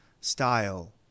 style